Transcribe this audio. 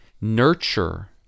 nurture